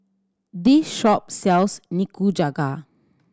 this shop sells Nikujaga